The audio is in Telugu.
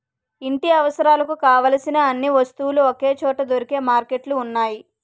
ఇంటి అవసరాలకు కావలసిన అన్ని వస్తువులు ఒకే చోట దొరికే మార్కెట్లు ఉన్నాయి